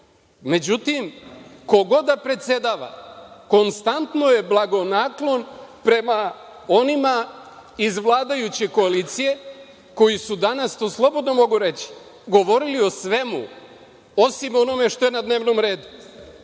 ko god da predsedava konstantno je blagonaklon prema onima iz vladajuće koalicije koji su danas, to slobodno mogu reći, govorili o svemu osim o onome što je na dnevnom redu.